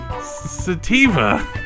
Sativa